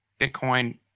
Bitcoin